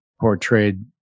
portrayed